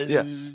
Yes